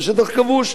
בשטח כבוש.